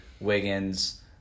Wiggins